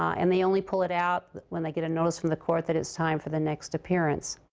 and they only pull it out when they get a notice from the court that it's time for the next appearance.